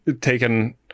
taken